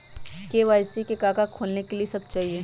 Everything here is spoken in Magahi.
के.वाई.सी का का खोलने के लिए कि सब चाहिए?